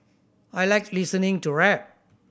I like listening to rap